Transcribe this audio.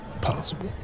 possible